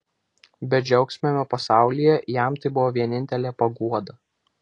bedžiaugsmiame pasaulyje jam tai buvo vienintelė paguoda